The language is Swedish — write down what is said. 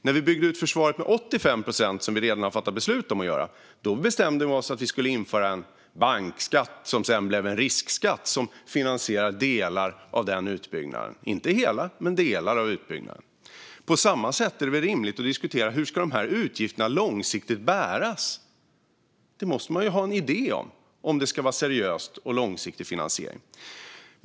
När vi byggde ut försvaret med 85 procent, som vi redan har fattat beslut om att göra, bestämde vi oss för att vi skulle införa en bankskatt som sedan blev en riskskatt som finansierar delar av den utbyggnaden. Den finansierar inte hela men delar av utbyggnaden. På samma sätt är det väl rimligt att diskutera: Hur ska de utgifterna långsiktigt bäras? Det måste man ju ha en idé om, om det ska vara en seriös och långsiktig finansiering.